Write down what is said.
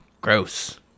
gross